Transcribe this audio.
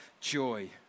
joy